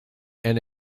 and